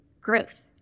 growth